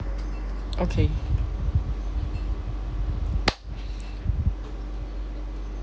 okay